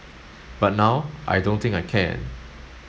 but now I don't think I can